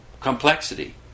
complexity